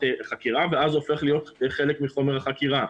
חקירה ואז הוא הופך להיות חלק מחומר החקירה,